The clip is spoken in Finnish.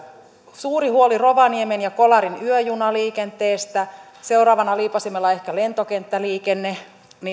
suuri huoli rovaniemen ja kolarin yöjunaliikenteestä seuraavana liipaisimella ehkä lentokenttäliikenne